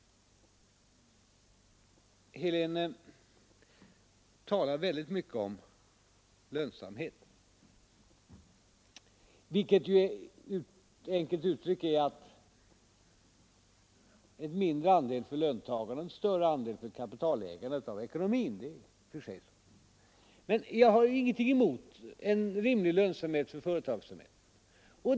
Herr Helén talade mycket om lönsamhet, vilket enkelt uttryckt är en mindre andel för löntagarna och en större andel för kapitalägarna. Jag har ingenting emot en rimlig lönsamhet för företagsamheten.